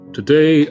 Today